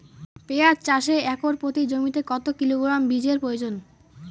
পেঁয়াজ চাষে একর প্রতি জমিতে কত কিলোগ্রাম বীজের প্রয়োজন?